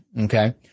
Okay